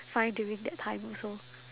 find during that time also